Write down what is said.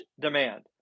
demand